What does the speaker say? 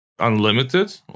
unlimited